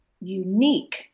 unique